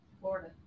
Florida